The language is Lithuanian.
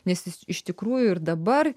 nes jis iš tikrųjų ir dabar